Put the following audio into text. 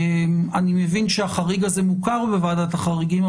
אני מבין שהחריג הזה מוכר בוועדת החריגים,